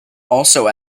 also